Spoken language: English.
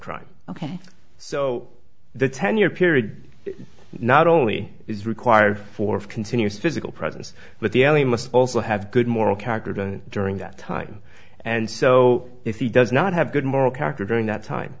crime ok so the ten year period not only is required for of continuous physical presence but the also have good moral character to during that time and so if he does not have good moral character during that time